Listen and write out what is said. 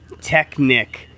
technic